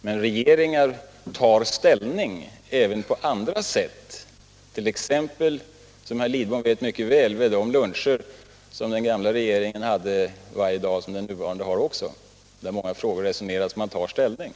Men regeringar tar ställning även på andra sätt, t.ex. — som herr Lidbom mycket väl vet — vid de luncher som den gamla regeringen hade varje dag och som den nuvarande också har, där man resonerar om många frågor och där man alltså tar ställning.